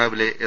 രാവിലെ എസ്